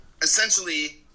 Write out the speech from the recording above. essentially